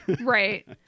Right